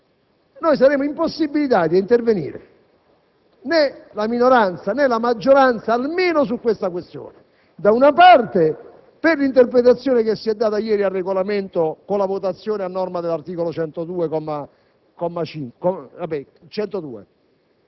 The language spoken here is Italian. Noi saremo impossibilitati ad intervenire, sia la minoranza che la maggioranza, almeno su tale questione a causa dell'interpretazione che si è data ieri al Regolamento con la votazione a norma dell'articolo 102,